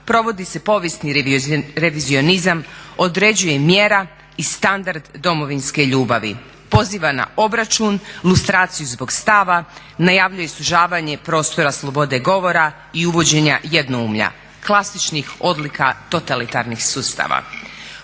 provodi se povijesni revizionizam, određuje mjera i standard domovinske ljubavi, poziva na obračun, lustraciju zbog stava, najavljuje sužavanje prostora slobode govora i uvođenja jednoumlja, klasičnih odlika totalitarnih sustava.